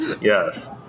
Yes